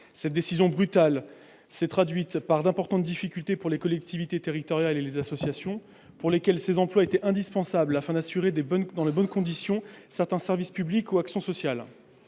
Cette décision brutale s'est traduite par d'importantes difficultés pour les collectivités territoriales et les associations, pour lesquelles ces emplois étaient indispensables afin d'assurer dans de bonnes conditions certains services publics ou actions sociales.